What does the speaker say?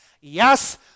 Yes